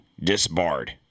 disbarred